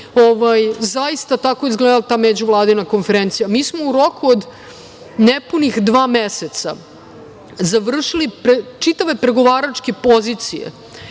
Zaista, tako je izgledala ta vladina konferencija. Mi smo u roku od nepunih dva meseca završili čitave pregovaračke pozicije